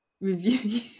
review